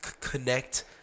connect